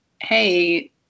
hey